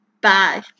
bye